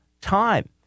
time